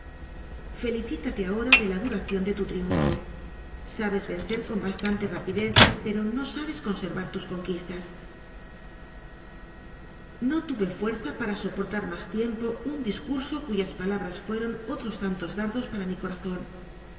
felicítate ahora de la duración de tu triunfo sa bes vencer con bastante rapidez pero no sabes con servar tus conquistas no tuve fuerza para soportar más tiempo un discurso cuyas palabras fueron otros tantos dar dos para mi corazón